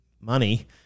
money